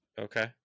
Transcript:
Okay